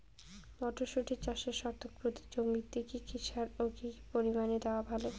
মটরশুটি চাষে শতক প্রতি জমিতে কী কী সার ও কী পরিমাণে দেওয়া ভালো?